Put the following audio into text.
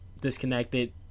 disconnected